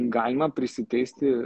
galima prisiteisti